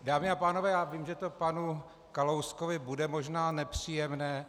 Dámy a pánové, já vím, že to panu Kalouskovi bude možná nepříjemné.